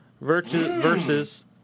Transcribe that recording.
versus